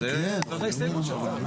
זאת ההסתייגות שלו.